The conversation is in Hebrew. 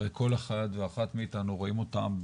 כל אחד ואחת מאיתנו רואים אותם,